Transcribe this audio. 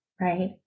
right